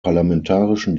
parlamentarischen